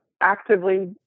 actively